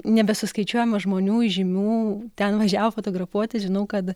nebesuskaičiuojama žmonių įžymių ten važiavo fotografuotis žinau kad